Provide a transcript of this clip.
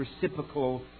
reciprocal